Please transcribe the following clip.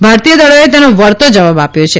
ભારતીયદળોએ તેનો વળતો જવાબ આપ્યો છે